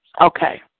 Okay